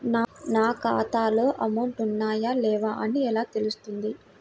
నా ఖాతాలో అమౌంట్ ఉన్నాయా లేవా అని ఎలా తెలుస్తుంది?